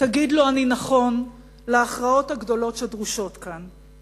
תגיד לו: אני נכון להכרעות הגדולות שדרושות כאן.